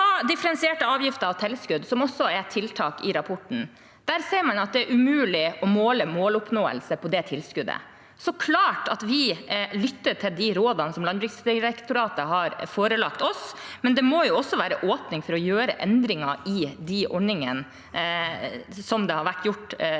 differensierte avgifter og tilskudd, som også er tiltak i rapporten, ser man at det er umulig å måle måloppnåelse på det tilskuddet. Så det er klart at vi lytter til de rådene som Landbruksdirektoratet har forelagt oss, men det må også være åpning for å gjøre endringer i de ordningene, slik det har blitt gjort